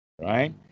Right